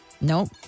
Nope